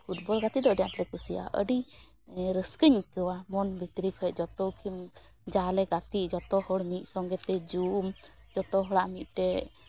football ᱜᱟᱛᱮ ᱫᱚ ᱟᱹᱰᱤ ᱟᱸᱴᱞᱮ ᱠᱩᱥᱤᱭᱟᱜᱼᱟ ᱟᱹᱰᱤ ᱤᱭᱟᱹ ᱨᱟᱹᱥᱠᱟᱹᱧ ᱟᱹᱭᱠᱟᱹᱣᱟ ᱢᱚᱱ ᱵᱷᱤᱛᱨᱤ ᱠᱷᱚᱱ ᱡᱚᱛᱚ ᱠᱷᱚᱱ ᱡᱟᱦᱟᱸᱞᱮ ᱜᱟᱛᱮᱜ ᱡᱚᱛᱚ ᱦᱚᱲ ᱢᱤᱫ ᱥᱚᱸᱜᱮ ᱛᱮ ᱡᱩᱢ ᱡᱚᱛᱚ ᱦᱚᱲᱟᱜ ᱢᱤᱫᱴᱮᱱ